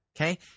Okay